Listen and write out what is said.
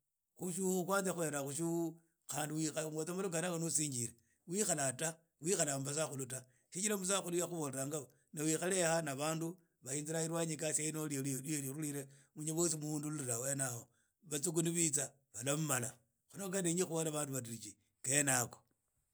Khutsu khana khena khutsu khande wikhaye umweza malwa khene yakha ni usingile khwikhala mu basakhulu ta chijira musakhulu ya khubolanga na wikhale yaha na bandu bayinzira elwanyi na ikasi na munye boso muhundulila hene hao basukhulu bitsa balamumala kho kha ndeyi khubola bandu badiriji khene yakho.